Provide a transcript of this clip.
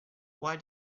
why